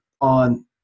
on